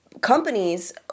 companies